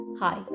Hi